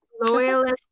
loyalist